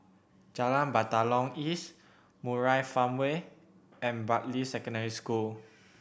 Jalan Batalong East Murai Farmway and Bartley Secondary School